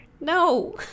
No